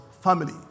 family